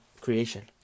creation